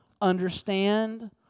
understand